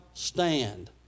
stand